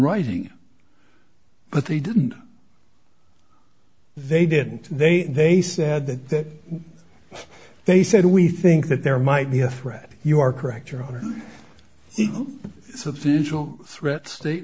writing but they didn't they didn't they they said that they said we think that there might be a threat you are correct your honor substantial threat state